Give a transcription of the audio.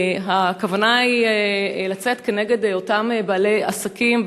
הכוונה היא לצאת כנגד אותם בעלי עסקים,